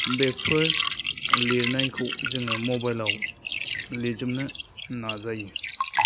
बेफोर लिरनायखौ जोङो मबाइलाव लिरजोबनो नाजायो